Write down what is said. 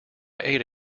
ate